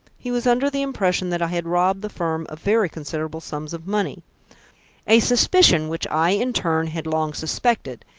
he was under the impression that i had robbed the firm of very considerable sums of money a suspicion which i in turn had long suspected,